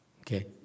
Okay